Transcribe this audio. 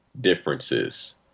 differences